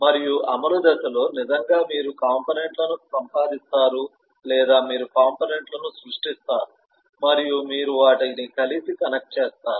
మరియు అమలు దశలో నిజంగా మీరు కాంపోనెంట్ లను సంపాదిస్తారు లేదా మీరు కాంపోనెంట్ లను సృష్టిస్తారు మరియు మీరు వాటిని కలిసి కనెక్ట్ చేస్తారు